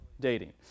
dating